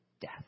death